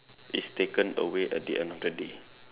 is taken away at the end of the day